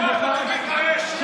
בושה וחרפה, איך אתה לא מתבייש.